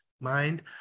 mind